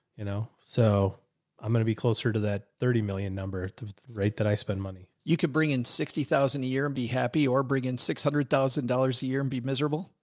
you know, so i'm going to be closer to that thirty million number, right. that i spend money. you could bring in sixty thousand a year and be happy or bring in six hundred thousand dollars a year and be miserable.